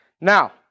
Now